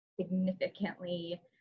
significantly